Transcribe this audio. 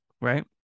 right